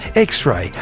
x-ray,